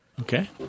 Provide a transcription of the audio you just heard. Okay